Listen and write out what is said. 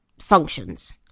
Functions